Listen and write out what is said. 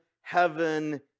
heaven